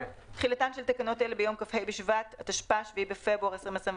תחילתן של תקנות אלה ביום כ"ה בשבט התשפ"א (7 בפברואר 2021)